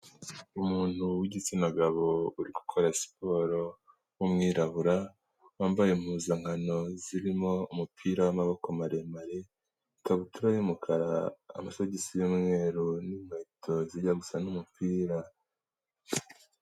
Umuntu w'igitsina gabo uri gukora siporo w'umwirabura, wambaye impuzankano zirimo umupira w'amaboko maremare, ikabutura y'umukara, amasogisi y'umweru n'inkweto zijya gusa n'umupira.